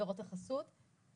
מסגרות החסות.